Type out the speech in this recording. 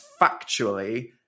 factually